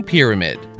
Pyramid